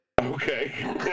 Okay